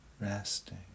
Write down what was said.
resting